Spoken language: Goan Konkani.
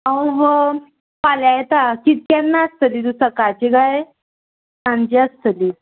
हांव फाल्यां येता कित केन्ना आसतली तूं सकाळचे गाय सांची आसतली